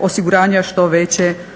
osiguranja što veće